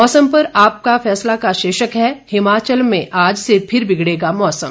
मौसम पर आपका फैसला का शीर्षक है हिमाचल में आज से फिर बिगड़ेगा मौसम